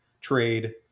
trade